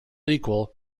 equal